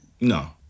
No